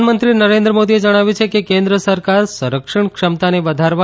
પ્રધાનમંત્રી નરે ન્દ્ર મોદીએ જણાવ્યું છે કે કેન્દ્ર સરકાર સંરક્ષણ ક્ષમતાને વધારવા